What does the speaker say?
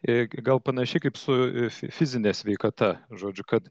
kad gal panašiai kaip su fizine sveikata žodžiu kad